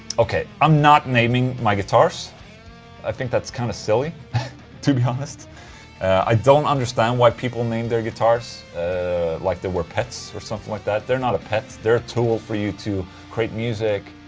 okay, i'm not naming my guitars i think that's kind of silly to be honest i don't understand why people name their guitars ah like they were pets or something like that. they're not a pet. they're a tool for you to create music.